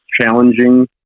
challenging